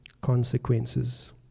consequences